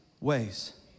ways